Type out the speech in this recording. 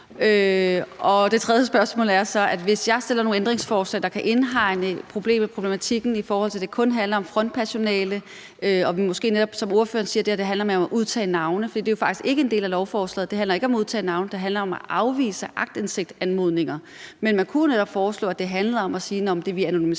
Det tredje spørgsmål handler om, hvis jeg stiller nogle ændringsforslag, der kan indhegne problemet eller problematikken, sådan at det kun handler om frontpersonale, og måske netop, som ordføreren siger, sådan at det mere handler om at udtage navne, for det er jo faktisk ikke en del af lovforslaget. Det handler ikke om at udtage navne; det handler om at afvise aktindsigtsanmodninger. Men man kunne netop foreslå, at det handlede om at sige, at vi anonymiserer